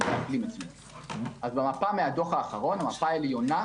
המפה מהדוח האחרון, העליונה,